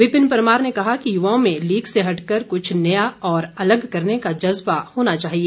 विपिन परमार ने कहा कि युवाओं में लीक से हटकर कुछ नया और अलग करने का जज़्बा होना चाहिए